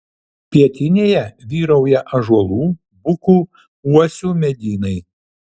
pietinėje vyrauja ąžuolų bukų uosių medynai